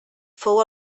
fou